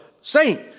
saint